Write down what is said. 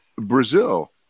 Brazil